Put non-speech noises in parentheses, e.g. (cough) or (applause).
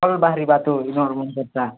ଘରୁ ବାହାରିବା ତ (unintelligible) ଟା